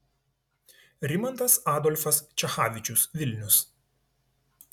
rimantas adolfas čechavičius vilnius